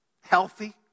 healthy